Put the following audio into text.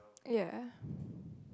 ya